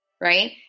Right